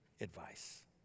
advice